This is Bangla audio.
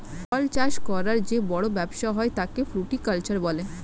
ফল চাষ করার যে বড় ব্যবসা হয় তাকে ফ্রুটিকালচার বলে